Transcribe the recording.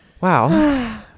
Wow